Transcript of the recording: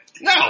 No